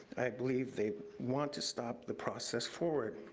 i believe they want to stop the process forward.